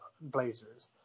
Blazers